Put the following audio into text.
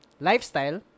lifestyle